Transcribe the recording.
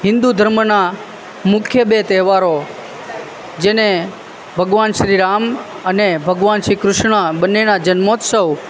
હિન્દુ ધર્મના મુખ્ય બે તહેવારો જેને ભગવાન શ્રી રામ અને ભગવાન શ્રી કૃષ્ણ બંનેના જન્મોત્સવ